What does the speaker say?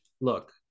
look